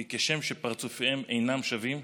כי "כשם שפרצופיהם אינם שווים,